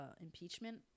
impeachment